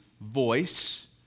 voice